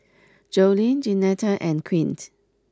Joleen Jeanetta and Quint